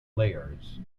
layers